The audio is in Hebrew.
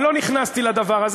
אני לא נכנסתי לדבר הזה,